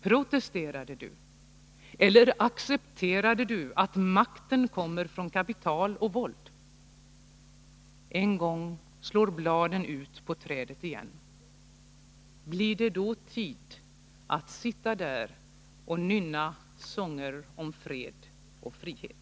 Protesterade du, eller accepterade du, att makten kommer från kapital och våld? En gång slår bladen ut på trädet igen. Blir det då tid att sitta där och nynna sånger om fred och frihet?